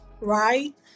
right